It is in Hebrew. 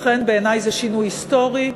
לכן, בעיני זה שינוי היסטורי.